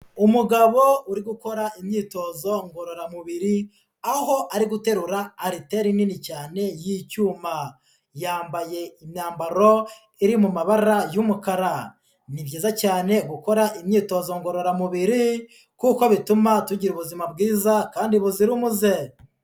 Umugabo uri gukora imyitozo ngororamubiri aho ari guterura ariteri nini cyane y'icyuma, yambaye imyambaro iri mu mabara y'umukara, ni byiza cyane gukora imyitozo ngororamubiri kuko bituma tugira ubuzima bwiza kandi buzira umuze.